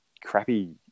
crappy